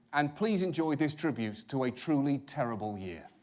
and please enjoy this tribute to a truly terrible year.